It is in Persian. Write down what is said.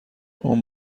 اون